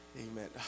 amen